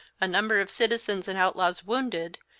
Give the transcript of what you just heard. a number of citizens and outlaws wounded,